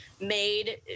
made